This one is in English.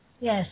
Yes